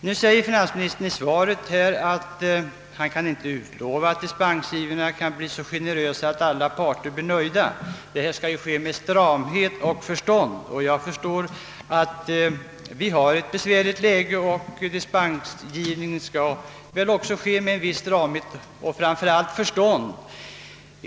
Nu säger finansministern i svaret, att han inte kan utlova att dispensgivningen blir så generös att alla parter blir nöjda — dispensgivningen bör ske med stramhet och förstånd, framhåller statsrådet. Jag är medveten om att läget är besvärligt, och dispensgivningen skall naturligtvis ske med viss stramhet och framför allt med förstånd.